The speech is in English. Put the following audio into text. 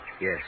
Yes